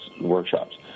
workshops